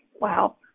wow